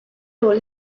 told